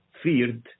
feared